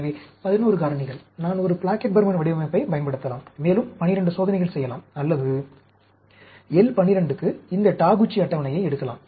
எனவே 11 காரணிகள் நான் ஒரு பிளாக்கெட் பர்மன் வடிவமைப்பைப் பயன்படுத்தலாம் மேலும் 12 சோதனைகள் செய்யலாம் அல்லது L 12 க்கு இந்த டாகுச்சி அட்டவணையை எடுக்கலாம்